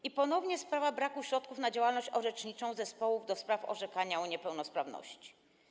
I ponownie sprawa braku środków na działalność orzeczniczą zespołów do spraw orzekania o niepełnosprawności.